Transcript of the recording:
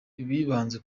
bibanze